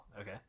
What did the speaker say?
Okay